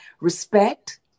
respect